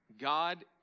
God